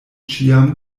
ĉiam